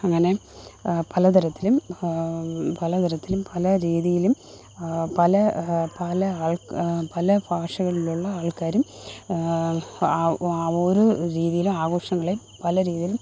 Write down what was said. അങ്ങനെ പല തരത്തിലും പല തരത്തിലും പല രീതിയിലും പല പല ആള്ക് പല ഭാഷകളിലുള്ള ആള്ക്കാരും ഓരോ രീതിയില് ആഘോഷങ്ങളെ പല രീതിയിലും